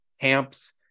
camps